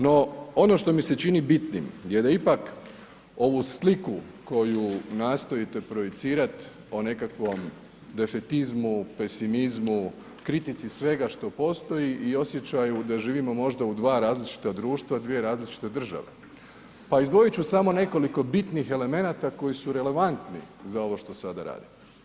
No, ono što mi se čini bitnim je da ipak ovu sliku koju nastojite projicirat o nekakvom defetizmu, pesimizmu, kritici svega što postoji i osjećaju da živimo možda u 2 različita društva, 2 različite države, pa izdvojit ću samo nekoliko bitnih elemenata koji su relevantni za ovo što sada radimo.